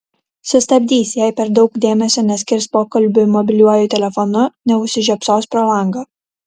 sustabdys jei per daug dėmesio neskirs pokalbiui mobiliuoju telefonu neužsižiopsos pro langą